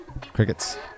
crickets